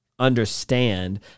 understand